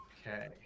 Okay